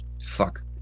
Fuck